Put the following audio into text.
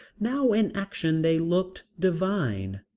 now in action they looked divine.